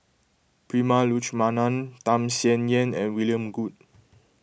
Prema Letchumanan Tham Sien Yen and William Goode